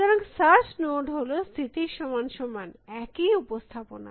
সুতরাং search node হল স্থিতির সমান সমান একই উপস্থাপনা